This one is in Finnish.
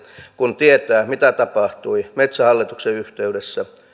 kun tietää mitä tapahtui metsähallituksen yhteydessä ja